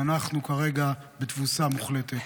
ואנחנו כרגע בתבוסה מוחלטת.